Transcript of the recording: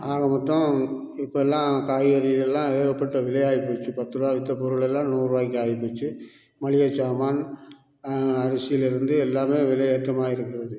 ஆக மொத்தம் இப்போல்லாம் காய்கறி எல்லாம் ஏகப்பட்ட விலை ஆகி போச்சு பத்துரூபா விற்ற பொருள் எல்லாம் நூறுரூவாய்க்கு ஆகி போச்சு மளிகை சாமான் அரிசிலேருந்து எல்லாம் விலை ஏற்றமாக இருக்கிறது